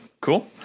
cool